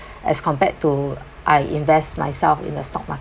as compared to I invest myself in a stock